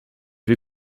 wir